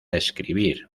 escribir